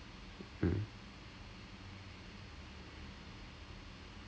mm ya so அதான்:athaan so அதெல்லாம் பண்ணி:athellaam panni